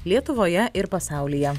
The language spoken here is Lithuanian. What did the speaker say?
lietuvoje ir pasaulyje